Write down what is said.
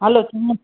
हलो थी न